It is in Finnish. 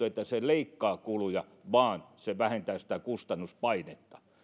että se leikkaa kuluja vaan että se vähentää sitä kustannuspainetta